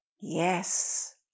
Yes